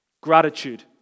Gratitude